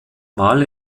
mal